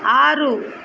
ஆறு